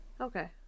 Okay